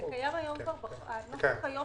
הנוסח היום